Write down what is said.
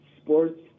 sports